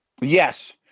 Yes